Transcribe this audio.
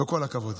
כל הכבוד.